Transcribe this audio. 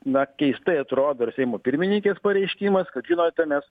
na keistai atrodo ir seimo pirmininkės pareiškimas kad žinote nes